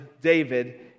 David